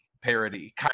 parody